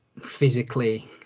physically